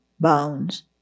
bones